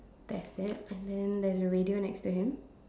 that's it and then there's a radio next to him